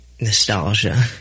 nostalgia